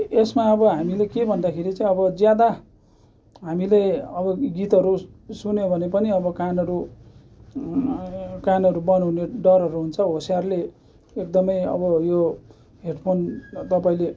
यसमा अब हामीले के भन्दाखेरि चाहिँ अब ज्यादा हामीले अब गीतहरू सुन्यो भने पनि अब कानहरू कानहरू बन्द हुने डरहरू हुन्छ होसियारले एकदमै अब यो हेडफोन तपाईँले